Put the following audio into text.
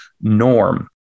norm